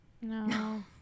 No